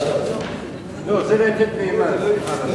לא, זה מ"יתד נאמן".